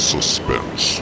Suspense